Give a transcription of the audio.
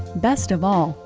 best of all,